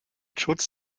schutz